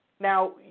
Now